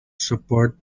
support